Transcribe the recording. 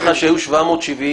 אמרו לך שהיו 770,